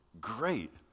Great